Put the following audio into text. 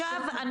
ואני